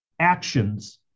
actions